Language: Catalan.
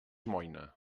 moïna